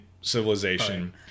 civilization